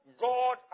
God